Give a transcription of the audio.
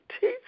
teach